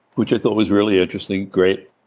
which i thought was really interesting, great.